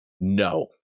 No